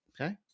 okay